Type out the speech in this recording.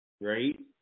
right